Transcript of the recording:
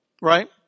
right